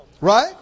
right